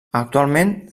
actualment